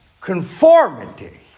conformity